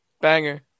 Banger